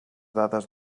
dades